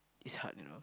it's hard you know